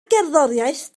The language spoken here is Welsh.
gerddoriaeth